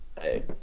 Hey